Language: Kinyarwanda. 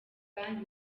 band